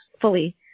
fully